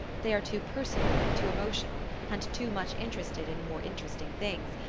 they are too personal, too emotional, and too much interested in more interesting things,